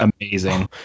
amazing